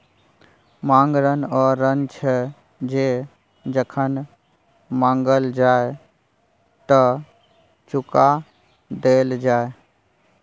मांग ऋण ओ ऋण छै जे जखन माँगल जाइ तए चुका देल जाय